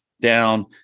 down